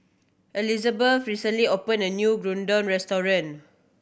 Elizbeth recently opened a new Gyudon Restaurant